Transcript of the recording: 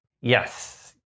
Yes